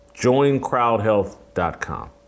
JoinCrowdHealth.com